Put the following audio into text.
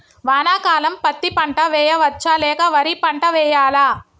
వానాకాలం పత్తి పంట వేయవచ్చ లేక వరి పంట వేయాలా?